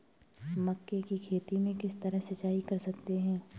मक्के की खेती में किस तरह सिंचाई कर सकते हैं?